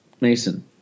Mason